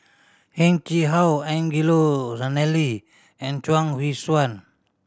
Heng Chee How Angelo Sanelli and Chuang Hui Tsuan